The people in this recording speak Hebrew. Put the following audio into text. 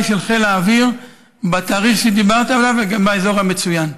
של חיל האוויר בתאריך שדיברת עליו וגם באזור המצוין.